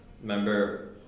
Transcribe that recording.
Remember